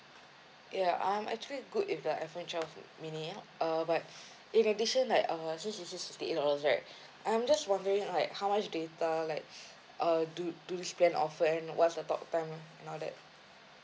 ya I'm actually good with the iPhone twelve mini ah uh but in addition like uh since is this sixty eight dollars right I'm just wondering like how much data like err do do this plan offer and what's the talk time all that